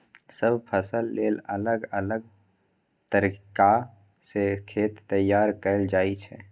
सब फसल लेल अलग अलग तरीका सँ खेत तैयार कएल जाइ छै